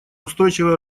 устойчивое